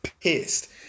pissed